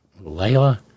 Layla